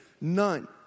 None